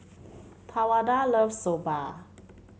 Tawanda loves Soba